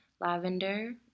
Lavender